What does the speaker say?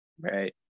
right